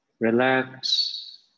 Relax